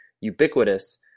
ubiquitous